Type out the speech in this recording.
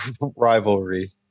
rivalry